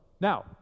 Now